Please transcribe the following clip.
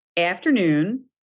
Afternoon